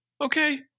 okay